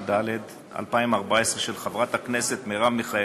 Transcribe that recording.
התשע"ד 2014, של חברת הכנסת מרב מיכאלי,